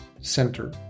center